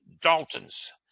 Dalton's